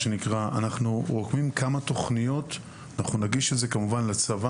רוקמים כמה תוכניות שיוגשו לצבא